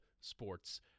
sports